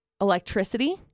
electricity